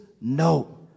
No